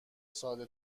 ساده